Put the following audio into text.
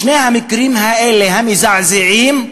שני המקרים האלה, המזעזעים,